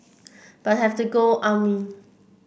but have to go army